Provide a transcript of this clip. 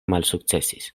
malsukcesis